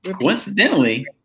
Coincidentally